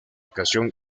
canción